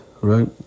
right